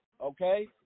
Okay